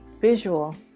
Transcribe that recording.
visual